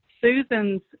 susan's